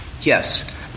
Yes